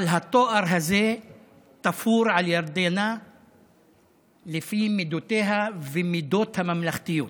אבל התואר הזה תפור על ירדנה לפי מידותיה ומידות הממלכתיות.